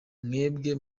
mwebwe